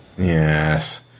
Yes